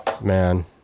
Man